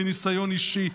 מניסיון אישי.